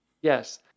Yes